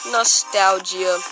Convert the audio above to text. Nostalgia